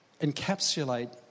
encapsulate